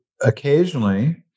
occasionally